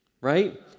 right